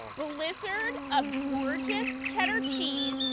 blizzard of gorgeous shuttered trees.